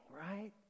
right